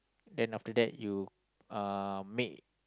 then after that you uh make